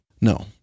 No